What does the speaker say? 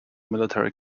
military